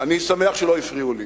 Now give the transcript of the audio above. אני שמח שלא הפריעו לי